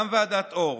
גם ועדת אור,